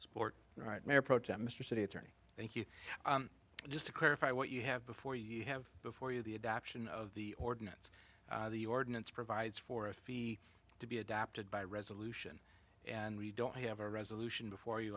support right now approach that mr city attorney thank you just to clarify what you have before you have before you the adoption of the ordinance the ordinance provides for a fee to be adopted by resolution and we don't have a resolution before you